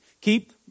Keep